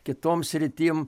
kitom sritim